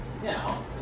Now